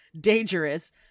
dangerous